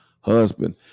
husband